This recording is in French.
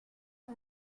mon